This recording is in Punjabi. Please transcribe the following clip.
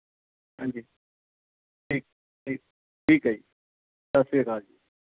ਹਾਂਜੀ ਠੀਕ ਠੀਕ ਠੀਕ ਹੈ ਜੀ ਸਤਿ ਸ਼੍ਰੀ ਅਕਾਲ ਜੀ